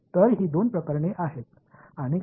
எனவே எல்லாவற்றையும் மறுபக்கத்திற்கு நகர்த்துவேன்